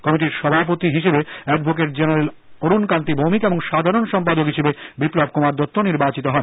কমিটির সভাপতি হিসেবে এডভোকেট জেনারেল অরুণকান্তি ভৌমিক ও সাধারণ সম্পাদক হিসেবে বিপ্লব কুমার দত্ত নির্বাচিত হন